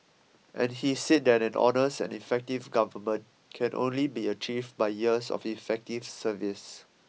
and he said that an honest and effective government can only be achieved by years of effective service